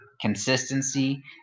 consistency